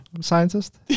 scientist